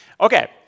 Okay